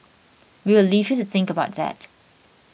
we will leave you to think about that